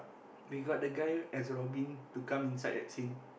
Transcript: we got the guy as robin to come inside that scene